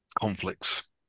conflicts